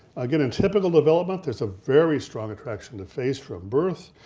again in typical development, there's a very strong attraction to face from birth,